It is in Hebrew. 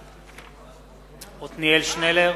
בעד עתניאל שנלר,